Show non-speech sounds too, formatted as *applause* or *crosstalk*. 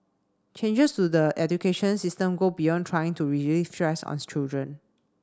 changes to the education system go beyond trying to *unintelligible* stress on children